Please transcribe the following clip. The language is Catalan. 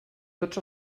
tots